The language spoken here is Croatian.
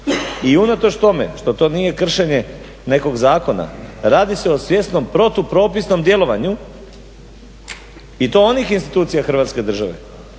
i unatoč tome što to nije kršenje nekog zakona, radi se o svjesnom protupropisnom djelovanju i to onih institucija hrvatske države